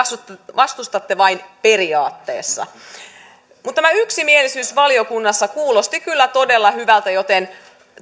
vastustatte vain periaatteessa tämä yksimielisyys valiokunnassa kuulosti kyllä todella hyvältä joten